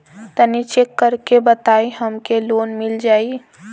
तनि चेक कर के बताई हम के लोन मिल जाई?